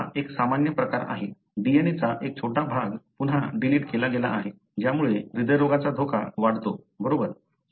हा एक सामान्य प्रकार आहे DNA चा एक छोटा भाग पुन्हा डिलीट केला गेला आहे ज्यामुळे हृदयरोगाचा धोका वाढतो बरोबर